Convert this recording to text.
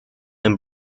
and